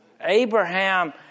Abraham